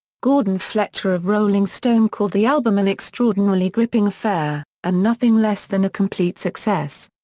gordon fletcher of rolling stone called the album an extraordinarily gripping affair, and nothing less than a complete success.